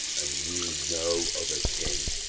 and knew no other kin.